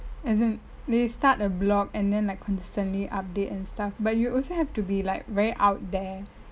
as in they start a blog and then like constantly update and stuff but you also have to be like very out there